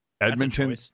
Edmonton –